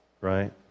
Right